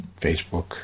Facebook